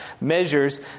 measures